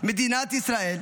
מדינת ישראל,